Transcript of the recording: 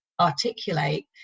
articulate